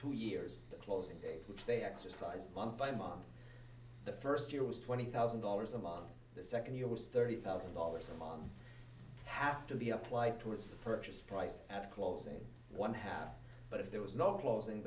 two years the closing date which they exercised month by month the first year was twenty thousand dollars a month the second year was thirty thousand dollars on have to be applied towards the purchase price at closing one half but if there was no closing